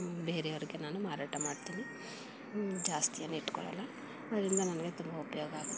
ಬೇರೆಯವರಿಗೆ ನಾನು ಮಾರಾಟ ಮಾಡ್ತೀನಿ ಜಾಸ್ತಿ ಏನು ಇಟ್ಕೊಳ್ಳೋಲ್ಲ ಇದರಿಂದ ನಮಗೆ ತುಂಬ ಉಪಯೋಗ ಆಗುತ್ತೆ